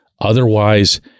otherwise